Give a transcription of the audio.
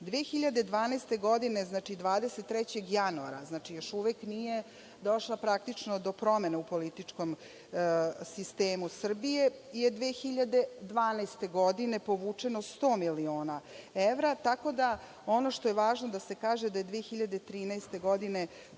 Godine 2012, 23. januara, znači, još uvek nije došlo praktično do promene u političkom sistemu Srbije, 2012. godine je povučeno 100 miliona evra, tako da, ono što je važno da se kaže je da je 2013. godine